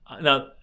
Now